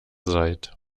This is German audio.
seid